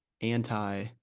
anti